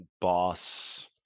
boss